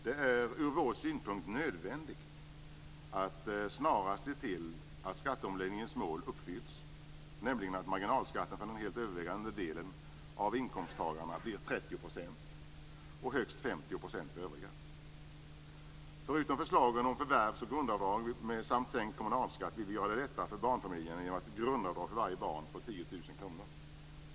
Det är från vår synpunkt nödvändigt att snarast se till att skatteomläggningens mål uppfylls, nämligen att marginalskatterna för den helt övervägande delen av inkomsttagarna blir 30 % och för övriga högst 50 %. Förutom förslagen om förvärvs och grundavdrag samt sänkt kommunalskatt vill vi göra det lättare för barnfamiljer genom ett grundavdrag för varje barn på 10 000 kr.